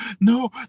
no